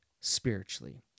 spiritually